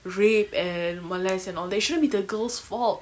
rape and molest and all that it shouldn't be the girl's fault